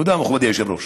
תודה, מכובדי היושב-ראש.